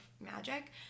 magic